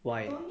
why